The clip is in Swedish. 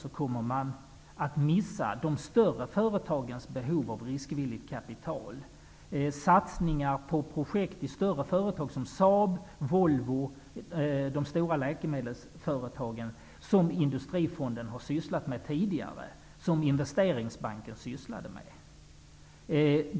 Man kommer att missa de större företagens behov av riskvilligt kapital. Det gäller satsningar på större projekt i företag som Saab, Volvo och de stora läkemedelsföretagen, vilket Industrifonden och Investeringsbanken tidigare har arbetat med.